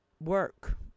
work